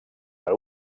per